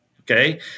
Okay